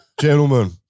gentlemen